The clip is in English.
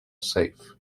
safe